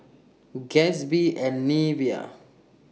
Gatsby and Nivea